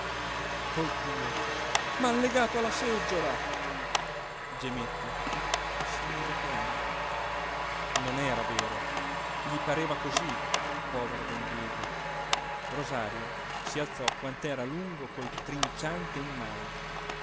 dio m'hanno legato alla seggiola gemette e si mise a piangere non era vero gli pareva cosí povero don diego rosario si alzò quant'era lungo col trinciante in mano